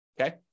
okay